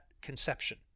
conception